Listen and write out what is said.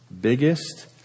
biggest